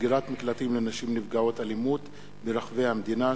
סגירת מקלטים לנשים נפגעות אלימות ברחבי המדינה,